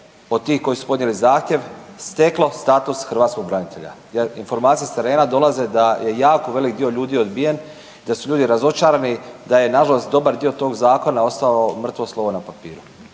od tih koji su podnijeli zahtjev, steklo status hrvatskog branitelja? Jer informacije s terena dolaze da je jako velik dio ljudi odbijen, da su ljudi razočarani, da je nažalost dobar dio tog zakona ostao mrtvo slovo na papiru.